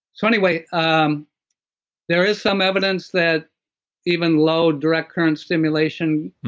so anyway, um there is some evidence that even low direct current stimulation,